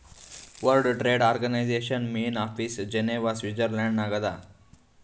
world trade organisation main office Geneva Switzerland ನಾಗ್ ಅದಾ